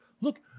look